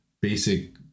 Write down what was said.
basic